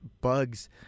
bugs